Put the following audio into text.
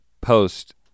post